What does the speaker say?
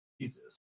Jesus